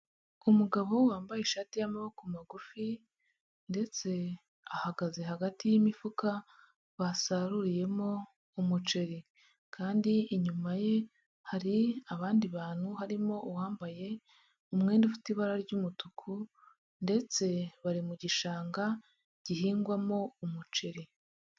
Umugabo wambaye ishati y'amaboko magufi ndetse ahagaze hagati y'imifuka basaruriyemo umuceri, kandi inyuma ye hari abandi bantu, harimo uwambaye umwenda ufite ibara ry'umutuku ndetse bari mu gishanga gihingwamo umuceri.